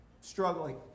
struggling